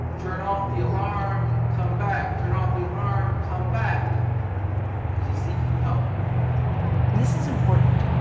turn off the alarm, come back, turn off the alarm, come back cause he's seeking help and this is important.